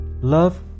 love